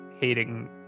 hating